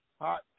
hot